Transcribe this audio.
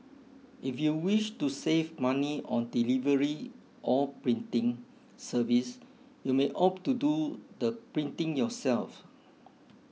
if you wish to save money on delivery or printing service you may opt to do the printing yourself